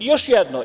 Još jedno.